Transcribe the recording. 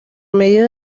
medio